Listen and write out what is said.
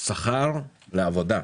השכר לעבודה,